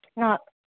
నా